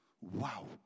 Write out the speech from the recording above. wow